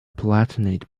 palatinate